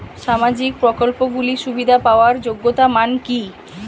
সামাজিক প্রকল্পগুলি সুবিধা পাওয়ার যোগ্যতা মান কি?